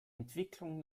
entwicklung